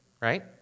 right